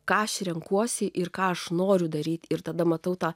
ką aš renkuosi ir ką aš noriu daryti ir tada matau tą